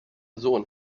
sohn